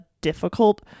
difficult